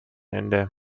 ende